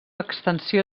extensió